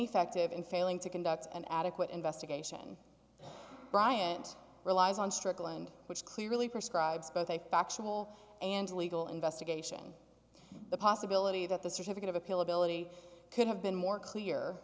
active in failing to conduct an adequate investigation bryant relies on strickland which clearly prescribes both a factual and legal investigation the possibility that the certificate of appeal ability could have been more clear